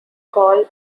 call